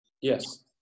Yes